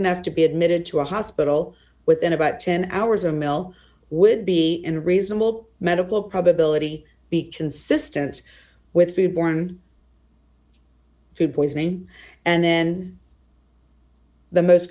enough to be admitted to a hospital within about ten hours a mill would be in reasonable medical probability be consistent with food borne food poisoning and then the most